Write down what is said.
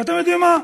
ואתם יודעים מה?